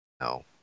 no